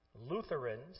Lutherans